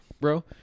bro